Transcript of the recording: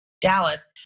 Dallas